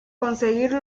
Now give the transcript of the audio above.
conseguir